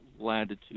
latitude